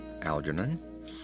Algernon